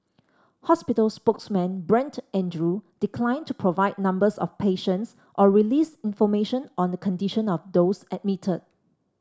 hospital spokesman Brent Andrew declined to provide numbers of patients or release information on the condition of those admitted